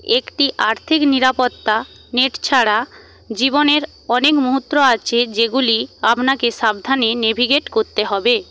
একটি আর্থিক নিরাপত্তা নেট ছাড়া জীবনের অনেক মুহূর্ত আছে যেগুলি আপনাকে সাবধানে নেভিগেট করতে হবে